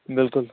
بِلکُل